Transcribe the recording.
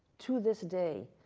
to this day.